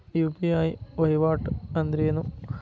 UPI ವಹಿವಾಟ್ ಅಂದ್ರೇನು?